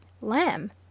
Lamb